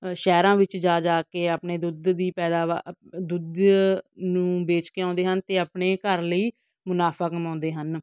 ਸ਼ਹਿਰਾਂ ਵਿੱਚ ਜਾ ਜਾ ਕੇ ਆਪਣੇ ਦੁੱਧ ਦੀ ਪੈਦਾਵਾਰ ਦੁੱਧ ਨੂੰ ਵੇਚ ਕੇ ਆਉਂਦੇ ਹਨ ਅਤੇ ਆਪਣੇ ਘਰ ਲਈ ਮੁਨਾਫਾ ਕਮਾਉਂਦੇ ਹਨ